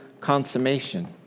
consummation